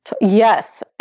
Yes